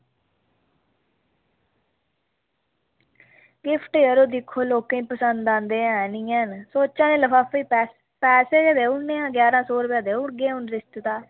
gift यरो दिक्खो लोकेंगी पसंद आंदे हैन निं हैन सोचा दे आं लफाफे ई पैसेो गै देई ओड़ने आं हून रिश्तेदारी ऐ